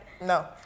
no